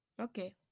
Okay